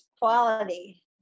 quality